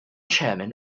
chairman